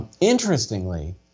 Interestingly